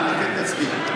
אני מתקן את עצמי,